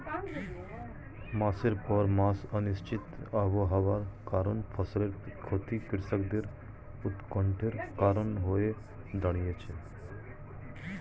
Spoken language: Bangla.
মাসের পর মাস অনিশ্চিত আবহাওয়ার কারণে ফসলের ক্ষতি কৃষকদের উৎকন্ঠার কারণ হয়ে দাঁড়িয়েছে